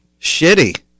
Shitty